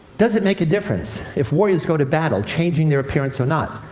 does it make a difference if warriors go to battle changing their appearance or not?